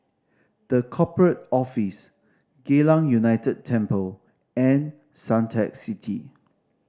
The Corporate Office Geylang United Temple and Suntec City